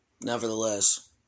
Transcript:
nevertheless